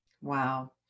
wow